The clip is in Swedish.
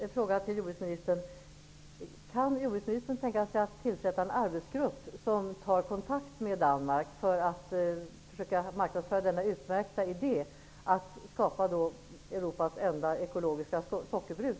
Min fråga till jordbruksministern är: Kan jordbruksministern tänka sig att tillsätta en arbetsgrupp som tar kontakt med det danska företaget för att försöka marknadsföra denna utmärkta idé, att på Gotland skapa Europas enda ekologiska sockerbruk?